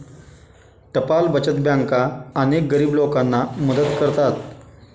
टपाल बचत बँका अनेक गरीब लोकांना मदत करतात